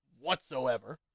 whatsoever